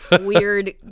weird